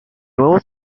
nuevo